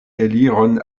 eliron